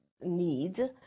need